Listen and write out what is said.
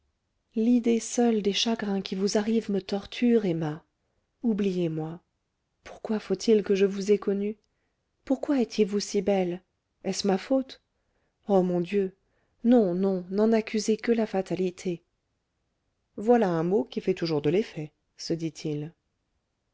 l'idée seule des chagrins qui vous arrivent me torture emma oubliez-moi pourquoi faut-il que je vous aie connue pourquoi étiez-vous si belle est-ce ma faute o mon dieu non non n'en accusez que la fatalité voilà un mot qui fait toujours de l'effet se dit-il